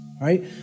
right